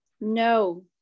no